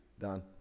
done